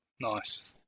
Nice